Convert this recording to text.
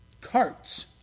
carts